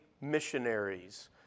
missionaries